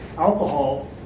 alcohol